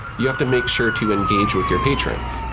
you have to make sure to engage with your patrons.